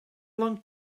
long